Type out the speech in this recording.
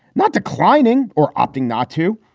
not declining or opting not to?